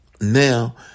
Now